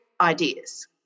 ideas